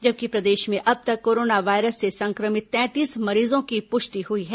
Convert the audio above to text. जबकि प्रदेश में अब तक कोरोना वायरस से संक्रमित तैंतीस मरीजों की पुष्टि हुई है